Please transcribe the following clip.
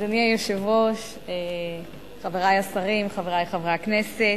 אדוני היושב-ראש, חברי השרים, חברי חברי הכנסת,